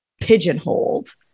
pigeonholed